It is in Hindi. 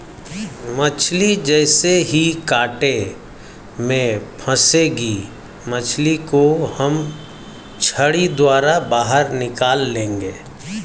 मछली जैसे ही कांटे में फंसेगी मछली को हम छड़ी द्वारा बाहर निकाल लेंगे